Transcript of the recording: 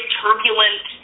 turbulent